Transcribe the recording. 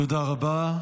תודה רבה.